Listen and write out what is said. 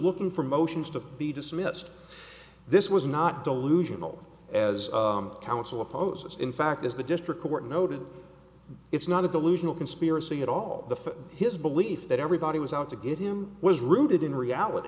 looking for motions to be dismissed this was not delusional as counsel opposes in fact as the district court noted it's not a delusional conspiracy at all the his belief that everybody was out to get him was rooted in reality